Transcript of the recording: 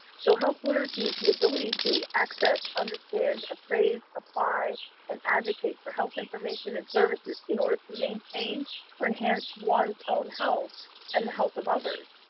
so health literacy is the ability to access, understand, appraise, apply and advocate for health information and services in order to maintain or enhance one's own health and the health of others.